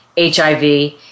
HIV